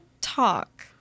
talk